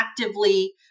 actively